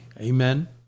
Amen